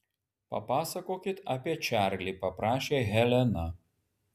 papasakokit apie čarlį paprašė helena